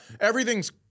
Everything's